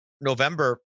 November